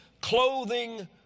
clothing